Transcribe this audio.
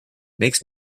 makes